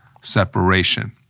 separation